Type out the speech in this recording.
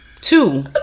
Two